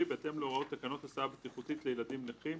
בהתאם להוראות תקנות הסעה בטיחותית לילדים נכים